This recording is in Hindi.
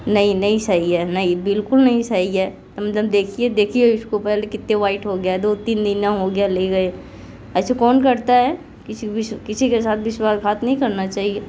नहीं नहीं सही है नहीं बिल्कुल नहीं सही है देखिए देखिए इसको पहले कित्ते वाइट हो गया दो तीन महीना हो गया ले गए ऐसे कौन करता है किसी के साथ विश्वास घात नहीं करना चाहिए